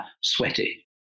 sweaty